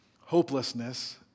Hopelessness